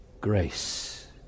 grace